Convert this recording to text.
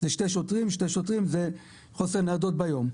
היא שני שוטרים וחוסר ניידות ביום.